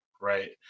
Right